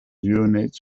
units